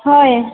ꯍꯣꯏ